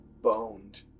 boned